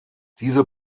diese